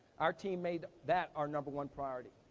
our team made that our number one priority.